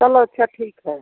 चलो अच्छा ठीक है